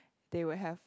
they will have